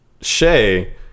Shay